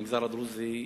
המגזר הדרוזי,